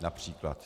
Například.